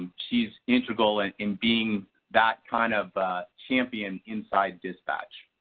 she is integral and in being that kind of champion inside dispatch.